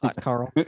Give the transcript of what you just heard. Carl